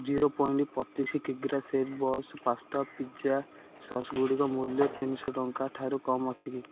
zero point ପଚିଶି କିଗ୍ରା ଶେଫ୍ବସ୍ ପାସ୍ତା ଓ ପିଜା ସସଗୁଡ଼ିକର ମୂଲ୍ୟ ତିନିଶହ ଟଙ୍କାଠାରୁ କମ୍ ଅଛି କି